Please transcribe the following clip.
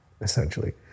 essentially